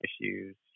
issues